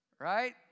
right